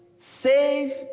Save